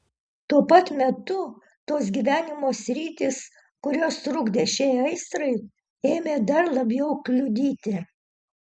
tuo pat metu tos gyvenimo sritys kurios trukdė šiai aistrai ėmė dar labiau kliudyti